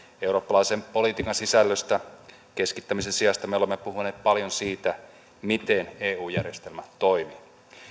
eurooppalaisen politiikan sisältöön keskittymisen sijasta me olemme puhuneet paljon siitä miten eu järjestelmä toimii